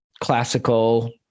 classical